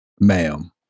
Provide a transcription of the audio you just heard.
ma'am